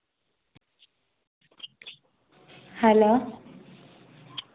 hello